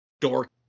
dork